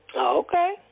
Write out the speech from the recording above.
Okay